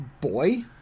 Boy